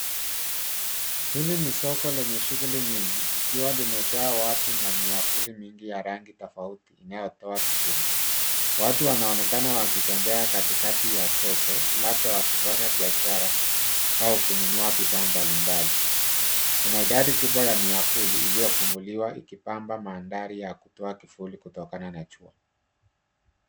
Hili ni soko lenye shughuli nyingi likiwa limejaa watu na miavuli nyingi ya rangi tofauti inayotoa kivuli .Watu wanaonekana wakitembea katikati ya soko labda wakifanya biashara au kununua bidhaa mbalimbali. Kuna gari kubwa ya miavuli iliyofunguliwa ikipamba mandhari na kutoa kivuli kutokana na jua.